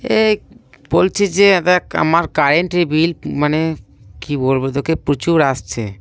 এই বলছি যে দ্যাখ আমার কারেন্টের বিল মানে কী বলব তোকে প্রচুর আসছে